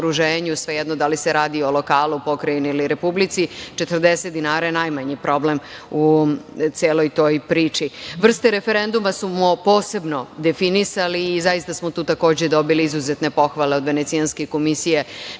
svejedno da li se radi o lokalu, pokrajini ili Republici, 40 dinara je najmanji problem u celoj toj priči. Vrste referenduma smo posebno definisali i zaista smo tu takođe dobili izuzetne pohvale od Venecijanske komisije